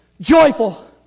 Joyful